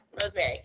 Rosemary